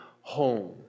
home